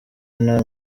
nta